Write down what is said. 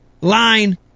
line